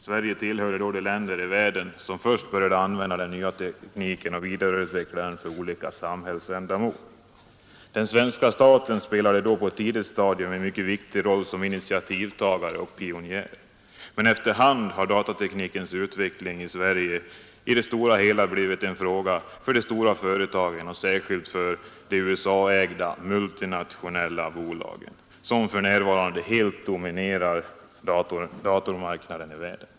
Sverige tillhörde då de länder i världen som först började använda den nya tekniken och vidareutveckla den för olika samhällsändamål. Den svenska staten spelade på ett tidigt stadium en viktig roll som initiativtagare och pionjär, men efter hand har datateknikens utveckling i Sverige i det stora hela blivit en fråga för de stora företagen och särskilt för de USA-ägda ”multinationella” bolagen som för närvarande helt dominerar datormarknaden i världen.